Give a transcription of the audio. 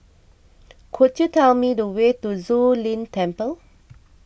could you tell me the way to Zu Lin Temple